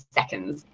seconds